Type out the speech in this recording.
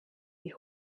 die